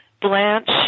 Blanche